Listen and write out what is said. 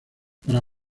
para